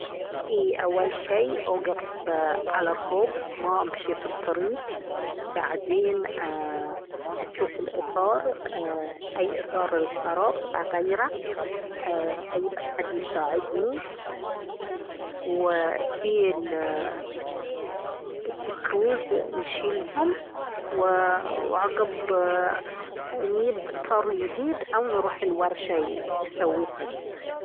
اي اول شي اوقف على صوب ما امشي في الطريق بعدين ايه اشوف الإطار ايه اي اطار الخراب اغيره اييب احد يساعدني وفي ايه السكروز نشيلهم وعقب نييب اطار يديد او نروح الورشة يسويه حقنا